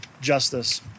justice